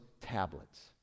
tablets